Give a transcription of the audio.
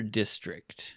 district